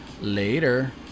Later